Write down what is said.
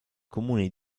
comuni